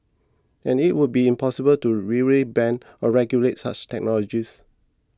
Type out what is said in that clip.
and it would be impossible to really ban or regulate such technologies